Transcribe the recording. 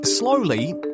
Slowly